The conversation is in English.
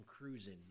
cruising